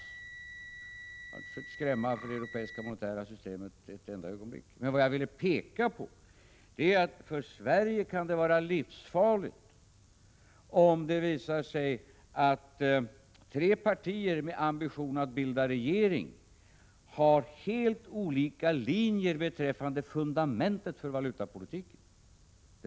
Jag har inte försökt skrämma för det europeiska monetära systemet för ett enda ögonblick. Vad jag vill framhålla är att det för Sverige kan vara livsfarligt om det visar sig att tre partier med ambition att bilda regering har helt olika linjer beträffande fundamentet för valutapolitiken.